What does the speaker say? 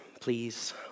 please